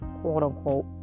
quote-unquote